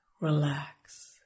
relax